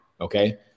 Okay